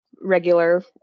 regular